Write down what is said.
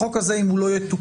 אם החוק הזה לא יתוקן,